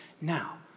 Now